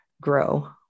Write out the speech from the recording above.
grow